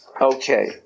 Okay